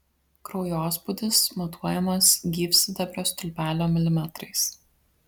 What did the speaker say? kraujospūdis matuojamas gyvsidabrio stulpelio milimetrais